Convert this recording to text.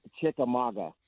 Chickamauga